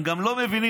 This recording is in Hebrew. הם גם לא מבינים,